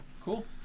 Cool